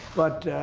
but